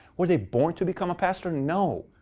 were they born to become pastors? no.